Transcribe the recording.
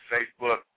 Facebook